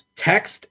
Text